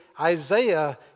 Isaiah